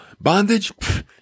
bondage